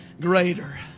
greater